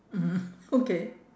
mmhmm okay